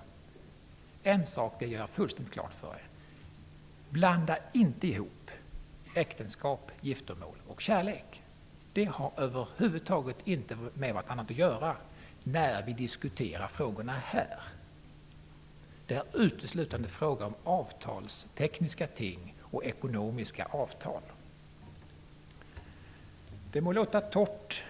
Han sade: En sak vill jag göra fullständigt klart för er: blanda inte ihop äktenskap, giftermål och kärlek. De har över huvud taget inte med varandra att göra när vi diskuterar dessa frågor. Det är uteslutande fråga om avtalstekniska ting och ekonomiska avtal. Det må låta torrt